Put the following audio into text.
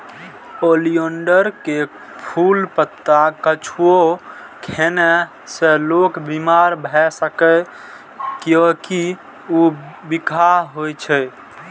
oleander के फूल, पत्ता किछुओ खेने से लोक बीमार भए सकैए, कियैकि ऊ बिखाह होइ छै